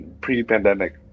pre-pandemic